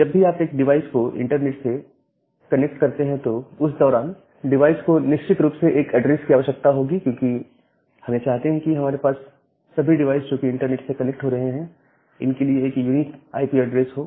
जब भी आप एक डिवाइस को इंटरनेट से कनेक्ट करते हैं तो उस दौरान डिवाइस को निश्चित रूप से एक एड्रेस की आवश्यकता होगी क्योंकि हम यह चाहते हैं कि हमारे पास सभी डिवाइस जो कि इंटरनेट में कनेक्ट हो रहे हैं इनके लिए एक यूनिक आईपी एड्रेस हो